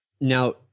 Now